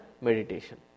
meditation